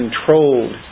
controlled